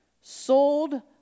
sold